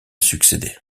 succédé